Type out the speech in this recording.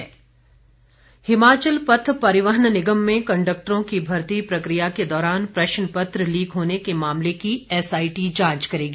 जांच हिमाचल पथ परिवहन निगम में कंडक्टरों की भर्ती प्रकिया के दौरान प्रश्न पत्र लीक होने के मामले की एसआईटी जांच करेगी